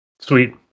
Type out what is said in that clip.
Sweet